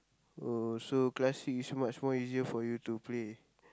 oh so classic is much more easier for you to play